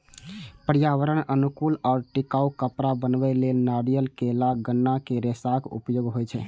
पर्यावरण अनुकूल आ टिकाउ कपड़ा बनबै लेल नारियल, केला, गन्ना के रेशाक उपयोग होइ छै